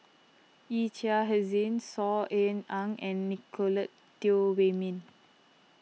Yee Chia Hsing Saw Ean Ang and Nicolette Teo Wei Min